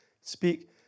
speak